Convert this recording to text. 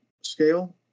scale